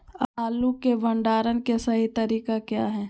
आलू के भंडारण के सही तरीका क्या है?